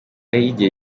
y’igihe